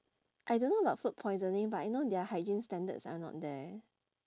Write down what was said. I don't know about food poisoning but I know their hygiene standards are not there